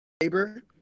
neighbor